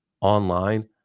online